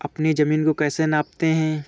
अपनी जमीन को कैसे नापते हैं?